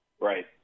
right